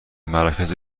مراکز